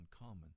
uncommon